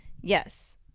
Yes